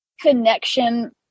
connection